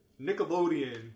Nickelodeon